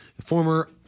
former